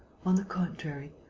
on the contrary,